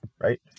Right